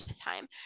time